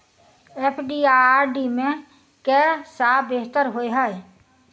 FD आ RD मे केँ सा बेहतर होइ है?